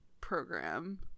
program